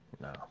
No